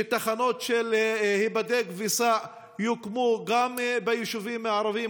שתחנות של "היבדק וסע" יוקמו גם ביישובים הערביים.